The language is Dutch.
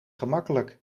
gemakkelijk